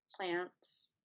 plants